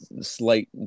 slight